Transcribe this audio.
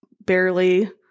barely